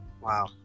Wow